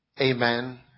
amen